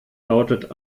lautet